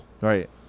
Right